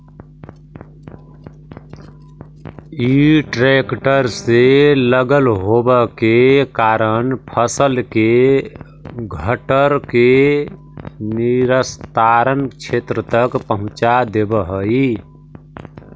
इ ट्रेक्टर से लगल होव के कारण फसल के घट्ठर के निस्तारण क्षेत्र तक पहुँचा देवऽ हई